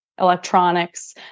electronics